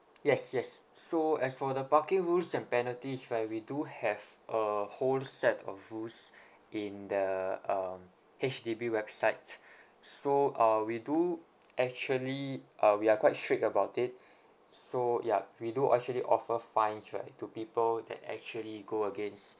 yes yes so as for the parking rules and penalties right we do have a whole set of rules in the um H_D_B website so uh we do actually uh we are quite strict about it so ya we do actually offer fines right to people that actually go against